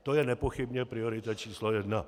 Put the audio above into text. To je nepochybně priorita číslo jedna.